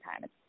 time